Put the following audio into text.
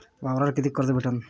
वावरावर कितीक कर्ज भेटन?